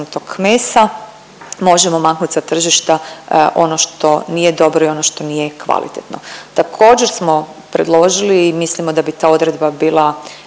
mesa možemo maknuti sa tržišta ono što nije dobro i ono što nije kvalitetno. Također smo predložili i mislimo da bi ta odredba bila